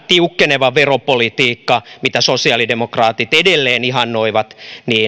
tiukkeneva veropolitiikka jota sosiaalidemokraatit edelleen ihannoivat